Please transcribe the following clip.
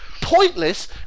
pointless